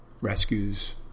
rescues